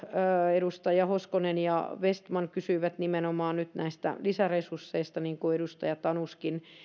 edustaja hoskonen ja edustaja vestman kysyivät nimenomaan lisäresursseista niin kuin edustaja tanuskin niin